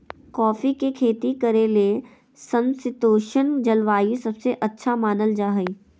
coffee के खेती करे ले समशितोष्ण जलवायु सबसे अच्छा मानल जा हई